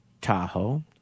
Tahoe